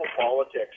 politics